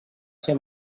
ser